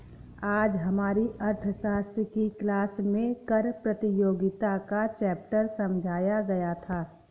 आज हमारी अर्थशास्त्र की क्लास में कर प्रतियोगिता का चैप्टर समझाया गया था